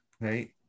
Right